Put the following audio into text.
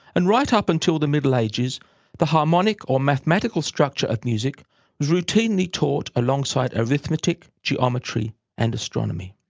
and right up until the middle ages the harmonic or mathematical structure of music was routinely taught alongside arithmetic, geometry and astronomy.